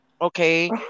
okay